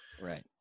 Right